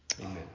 Amen